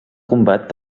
combat